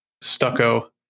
stucco